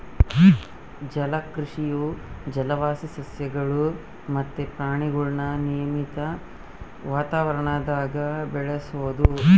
ಜಲಕೃಷಿಯು ಜಲವಾಸಿ ಸಸ್ಯಗುಳು ಮತ್ತೆ ಪ್ರಾಣಿಗುಳ್ನ ನಿಯಮಿತ ವಾತಾವರಣದಾಗ ಬೆಳೆಸೋದು